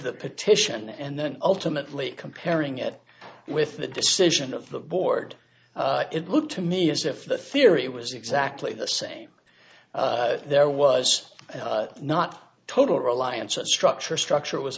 the petition and then ultimately comparing it with the decision of the board it looked to me as if the theory was exactly the same there was not total reliance or structure structure was